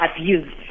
abuse